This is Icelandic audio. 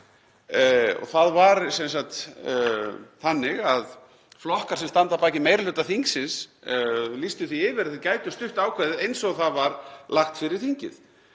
var sem sagt þannig að flokkar sem standa að baki meiri hluta þingsins lýstu því yfir að þeir gætu stutt ákvæðið eins og það var lagt fyrir þingið.